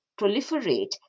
proliferate